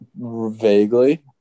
vaguely